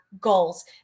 goals